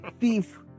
thief